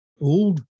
old